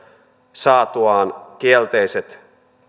saatuaan turvapaikkahakemukseensa kielteiset